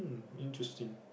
interesting